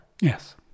Yes